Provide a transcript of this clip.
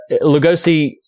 Lugosi